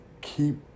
keep